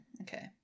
Okay